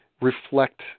reflect